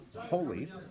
holy